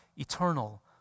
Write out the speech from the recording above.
Eternal